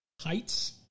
heights